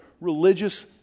religious